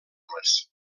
les